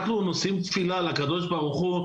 אנחנו נושאים תפילה לקדוש ברוך הוא,